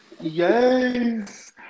Yes